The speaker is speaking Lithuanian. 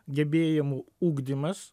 gebėjimų ugdymas